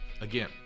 again